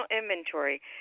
inventory